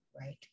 Right